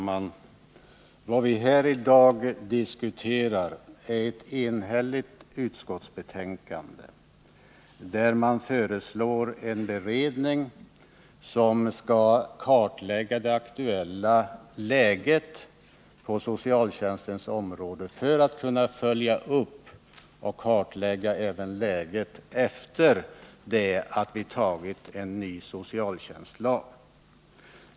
Herr talman! Det som vi i dag diskuterar är ett enhälligt utskottsbetänkande, där det föreslås en beredning som skall kartlägga det aktuella läget på socialtjänstens område för att man skall kunna följa upp och kartlägga även läget efter det att vi har antagit en ny socialtjänstlag.